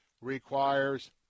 requires